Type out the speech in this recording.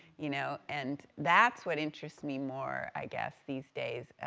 you know, and that's what interests me more, i guess, these days,